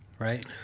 Right